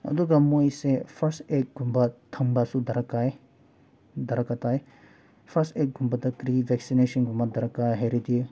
ꯑꯗꯨꯒ ꯃꯣꯏꯁꯦ ꯐꯔꯁ ꯑꯦꯠꯀꯨꯝꯕ ꯊꯝꯕꯁꯨ ꯗꯔꯀꯥꯔ ꯇꯥꯏ ꯐꯔꯁ ꯑꯦꯠꯀꯨꯝꯕꯗ ꯀꯔꯤ ꯚꯦꯛꯁꯤꯅꯦꯁꯟꯒꯨꯝꯕ ꯗꯔꯀꯥꯔ ꯍꯥꯏꯔꯗꯤ